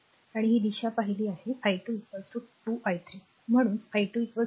आणि ही दिशा पाहिली आहे i2 2 i 3 म्हणून i2 2 ampere